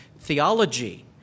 theology